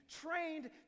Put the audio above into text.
trained